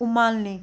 उमाल्ने